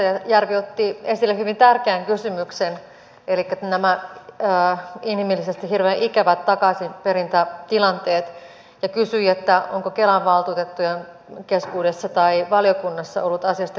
edustaja mustajärvi otti esille hyvin tärkeän kysymyksen elikkä nämä inhimillisesti hirveän ikävät takaisinperintätilanteet ja kysyi onko kelan valtuutettujen keskuudessa tai valiokunnassa ollut asiasta keskustelua